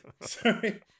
Sorry